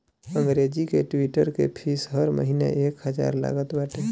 अंग्रेजी के ट्विटर के फ़ीस हर महिना एक हजार लागत बाटे